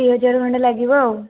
ଦୁଇ ହଜାରେ ଖଣ୍ଡେ ଲାଗିବ ଆଉ